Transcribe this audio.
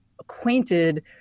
acquainted